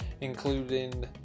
including